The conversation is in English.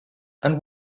and